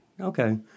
Okay